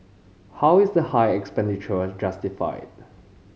how is the high expenditure justified